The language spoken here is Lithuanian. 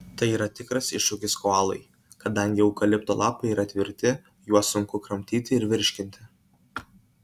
tai yra tikras iššūkis koalai kadangi eukalipto lapai yra tvirti juos sunku kramtyti ir virškinti